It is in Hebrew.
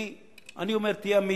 אדוני, אני אומר, תהיה אמיץ.